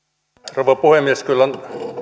rouva puhemies kyllä on